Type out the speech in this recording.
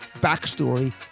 backstory